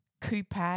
coupe